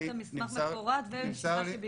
קיבלת מסמך מפורט ואת מה שביקשת.